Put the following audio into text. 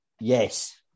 Yes